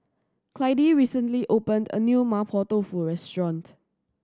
Clydie recently opened a new Mapo Tofu restaurant